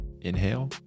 Inhale